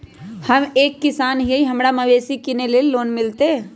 हम एक किसान हिए हमरा मवेसी किनैले लोन मिलतै?